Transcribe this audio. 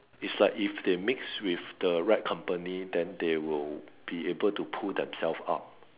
it's like if they mix with the right company then they will be able to pull themselves up